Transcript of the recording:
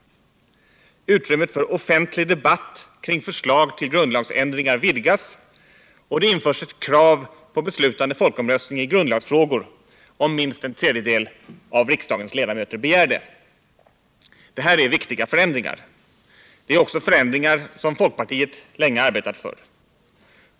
Utrymmet för offentlig debatt kring förslag till grundlagsändringar vidgas, och det införs bestämmelser om beslutande folkomröstning i grundlagsfrågor, om minst en tredjedel av riksdagens ledamöter begärt det. Det här är viktiga förändringar. Det är också förändringar som folkpartiet länge arbetat för.